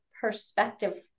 perspective